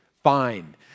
Fine